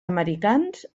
americans